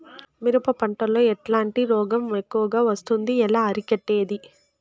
మిరప పంట లో ఎట్లాంటి రోగం ఎక్కువగా వస్తుంది? ఎలా అరికట్టేది?